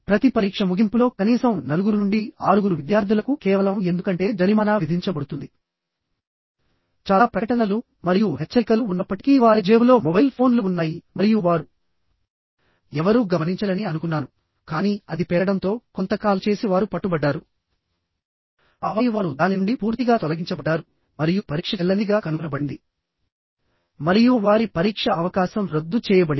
ప్రతి పరీక్ష ముగింపులో కనీసం నలుగురు నుండి ఆరుగురు విద్యార్థులకు కేవలం ఎందుకంటే జరిమానా విధించబడుతుంది చాలా ప్రకటనలు మరియు హెచ్చరికలు ఉన్నప్పటికీ వారి జేబులో మొబైల్ ఫోన్లు ఉన్నాయి మరియు వారు ఎవరూ గమనించరని అనుకున్నాను కానీ అది పేలడంతో కొంత కాల్ చేసి వారు పట్టుబడ్డారు ఆపై వారు దాని నుండి పూర్తిగా తొలగించబడ్డారు మరియు పరీక్ష చెల్లనిదిగా కనుగొనబడింది మరియు వారి పరీక్ష అవకాశం రద్దు చేయబడింది